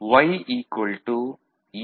Y A